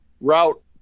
route